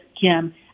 Kim